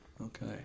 Okay